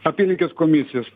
apylinkės komisijos